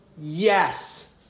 Yes